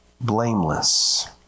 blameless